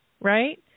Right